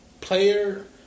player